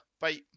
bye